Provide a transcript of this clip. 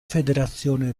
federazione